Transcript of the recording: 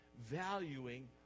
valuing